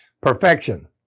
Perfection